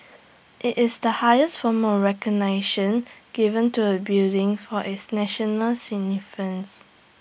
IT is the highest form of recognition given to A building for its national